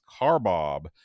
Carbob